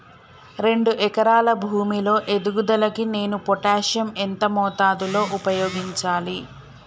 రెండు ఎకరాల భూమి లో ఎదుగుదలకి నేను పొటాషియం ఎంత మోతాదు లో ఉపయోగించాలి?